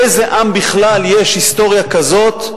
לאיזה עם בכלל יש היסטוריה כזאת,